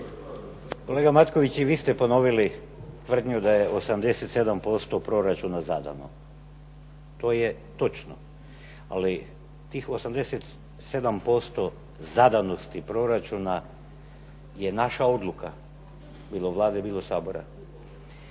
Kolega Matković i vi ste ponovili tvrdnju da je 87% proračuna zadano. To je točno. Ali tih 87% zadanosti proračuna je naša odluka, bilo Vlade, bilo Sabora.